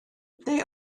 they